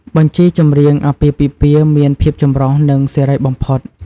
បញ្ជីចម្រៀងអាពាហ៍ពិពាហ៍មានភាពចម្រុះ និងសេរីបំផុត។